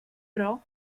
però